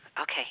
Okay